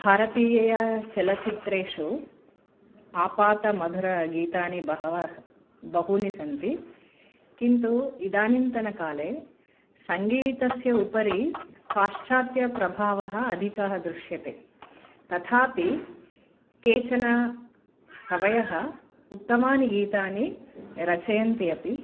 भारतियया चलच्चित्रेषु आपातमधुरगीतानि बहवः बहूनि सन्ति किन्तु इदानींतनकाले सङ्गीतस्य उपरि पाश्चात्यप्रभावः अधिकः दृश्यते तथापि केचन कवयः उत्तमानि गीतानि रचयन्ति अपि